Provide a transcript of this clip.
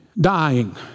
dying